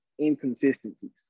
inconsistencies